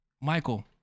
Michael